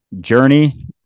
journey